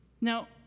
Now